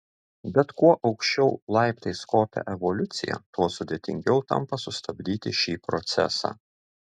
bet kuo aukščiau laiptais kopia evoliucija tuo sudėtingiau tampa sustabdyti šį procesą